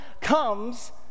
comes